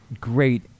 great